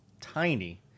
tiny